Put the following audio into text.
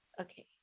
Okay